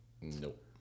Nope